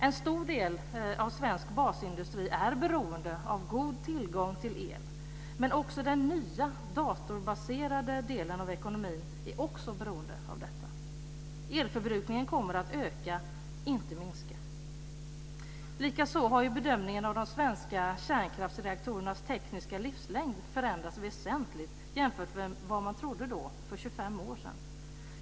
En stor del av svensk basindustri är beroende av god tillgång till el, men också den nya datorbaserade delen av ekonomin är beroende av detta. Elförbrukningen kommer att öka, inte minska. Likaså har bedömningen av de svenska kärnkraftsreaktorernas tekniska livslängd förändrats väsentlig jämfört med vad man trodde för 25 år sedan.